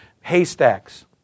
haystacks